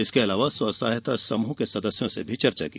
इसके अलावा स्वसहायता समूह के सदस्यों से भी चर्चा की